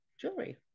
jewelry